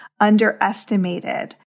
underestimated